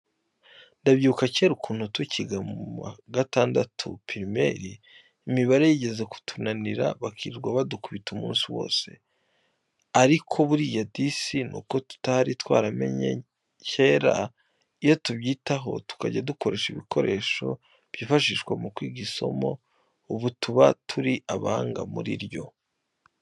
Ndabyibuka kera ukuntu tucyiga mu wa gatandatu pirimeri imibare yigeze kutunanira bakirirwa badukubita umunsi wose. Ariko buriya disi nuko tutari twarabimenye kera, iyo tubyitaho tukajya dukoresha ibikoresha byifashishwa mu kwiga iri somo ubu tuba turi abahanga muri ryo.